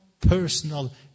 personal